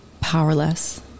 powerless